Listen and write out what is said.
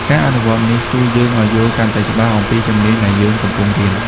ការអនុវត្តនេះជួយយើងឲ្យយល់កាន់តែច្បាស់អំពីជំនាញដែលយើងកំពុងរៀន។